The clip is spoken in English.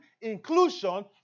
inclusion